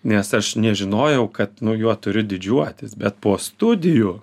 nes aš nežinojau kad juo turiu didžiuotis bet po studijų